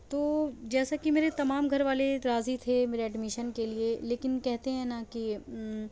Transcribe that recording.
تو جیساکہ میرے تمام گھر والے راضی تھے میرے ایڈمیشن کے لیے لیکن کہتے ہیں نا کہ